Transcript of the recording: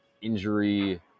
injury